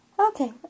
Okay